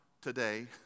today